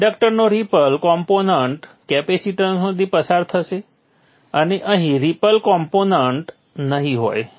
ઇન્ડક્ટન્સનો ripple component કેપેસિટન્સમાંથી પસાર થશે અને અહીં રિપલ કોમ્પોનન્ટ નહીં હોય